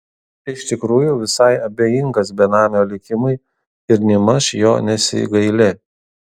iš tikrųjų visai abejingas benamio likimui ir nėmaž jo nesigaili